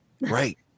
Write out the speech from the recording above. Right